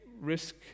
risk